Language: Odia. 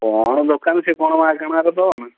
କ'ଣ ଦୋକାନ ସିଏ କ'ଣ ମାଗଣାରେ ଦେବ ନା